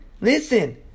Listen